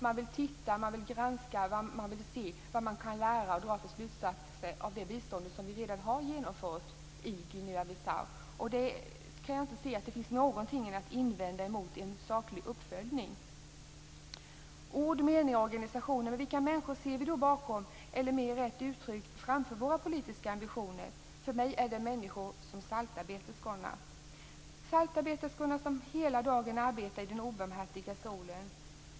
Man vill titta, granska och se vad man kan dra för slutsatser av det bistånd som vi redan har genomfört i Guinea Bissau. Jag kan inte se att det finns någonting att invända mot en saklig uppföljning. Ord, meningar och organisationer - men vilka människor ser vi då bakom, eller mer rätt uttryckt framför, våra politiska ambitioner? För mig är det människor som saltarbeterskorna. Saltarbeterskorna arbetar hela dagen i den obarmhärtiga solen.